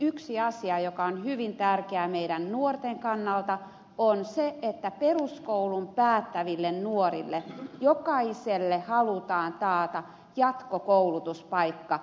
yksi asia joka on hyvin tärkeä meidän nuorten kannalta on se että peruskoulun päättäville nuorille jokaiselle halutaan taata jatkokoulutuspaikka